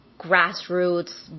grassroots